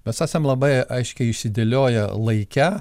mes esam labai aiškiai išsidėlioję laike